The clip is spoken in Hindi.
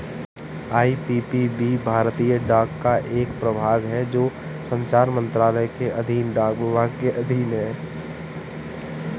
आई.पी.पी.बी भारतीय डाक का एक प्रभाग है जो संचार मंत्रालय के अधीन डाक विभाग के अधीन है